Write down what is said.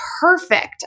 perfect